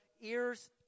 ears